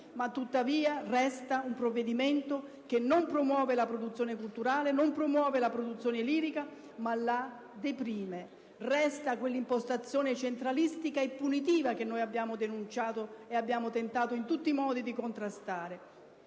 tuttavia un provvedimento che non promuove la produzione culturale e lirica ma la deprime; resta quell'impostazione centralistica e punitiva che noi abbiamo denunciato e tentato in tutti i modi di contrastare.